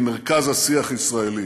היא מרכז השיח הישראלי,